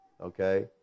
Okay